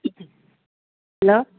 hello